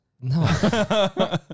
No